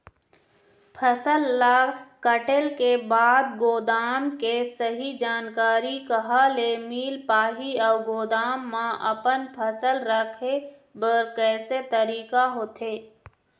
फसल ला कटेल के बाद गोदाम के सही जानकारी कहा ले मील पाही अउ गोदाम मा अपन फसल रखे बर कैसे तरीका होथे?